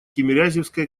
тимирязевской